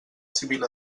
civil